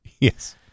Yes